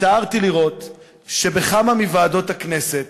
הצטערתי לראות שבכמה מוועדות הכנסת,